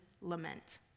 lament